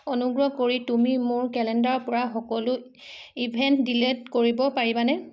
অনুগ্ৰহ কৰি তুমি মোৰ কেলেণ্ডাৰৰ পৰা সকলো ইভেণ্ট ডিলিট কৰিব পাৰিবানে